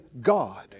God